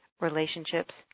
relationships